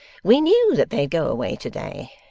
we knew that they'd go away to-day,